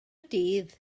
dydd